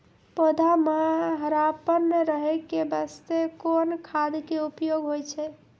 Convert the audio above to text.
पौधा म हरापन रहै के बास्ते कोन खाद के उपयोग होय छै?